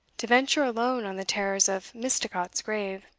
to venture alone on the terrors of misticot's grave,